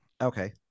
Okay